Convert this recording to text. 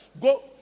go